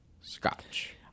scotch